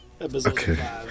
Okay